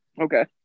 Okay